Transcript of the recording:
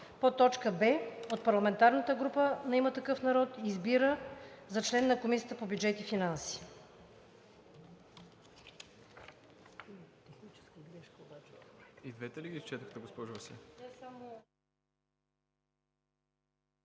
финанси; б) от парламентарната група на „Има такъв народ“ избира … за член на Комисията по бюджет и финанси.“